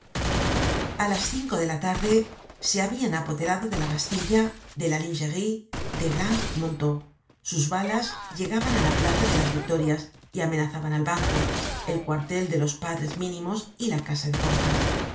a las cinco de la tarde se habian apoderado de la bastilla de la lingerie de blanc monteaux sus balas llegaban á la plaza de las victorias y amenazaban el banco el cuartel de los padres mínimos y la casa de postas